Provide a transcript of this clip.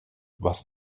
was